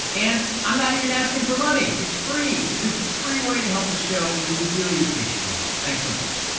and i'm not even asking for money. it's free. it's a free way to help the show, and we'd really appreciate it. thanks so much.